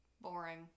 Boring